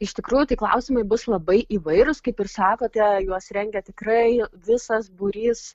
iš tikrųjų tai klausimai bus labai įvairūs kaip ir sakote juos rengia tikrai visas būrys